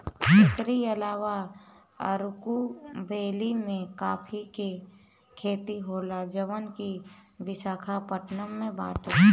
एकरी अलावा अरकू वैली में काफी के खेती होला जवन की विशाखापट्टनम में बाटे